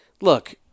look